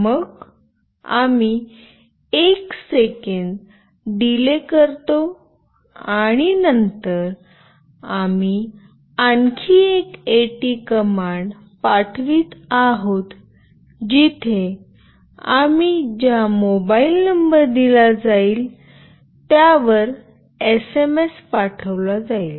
मग आम्ही 1 second delay करतो आणि नंतर आम्ही आणखी एक एटी कमांड पाठवित आहोत जिथे आम्ही ज्या मोबाइल नंबर दिला जाईल त्यावर एसएमएस पाठविला जाईल